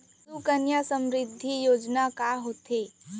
सुकन्या समृद्धि योजना का होथे